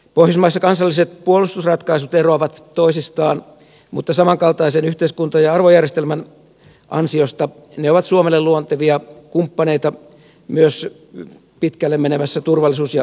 pohjoismaissa kansalliset puolustusratkaisut eroavat toisistaan mutta samankaltaisen yhteiskunta ja arvojärjestelmän ansiosta ne ovat suomelle luontevia kumppaneita myös pitkälle menevässä turvallisuus ja puolustuspolitiikassa